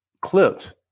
Clipped